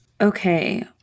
Okay